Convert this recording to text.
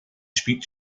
speak